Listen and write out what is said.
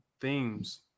themes